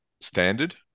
standard